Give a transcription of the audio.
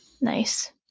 Nice